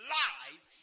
lies